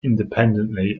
independently